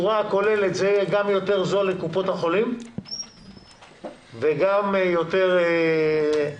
הכוללת זה גם יותר זול לקופות החולים וגם יותר זול